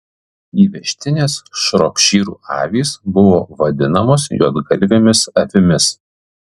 įvežtinės šropšyrų avys buvo vadinamos juodgalvėmis avimis